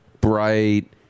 Bright